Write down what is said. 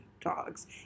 dogs